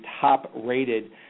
top-rated